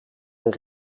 een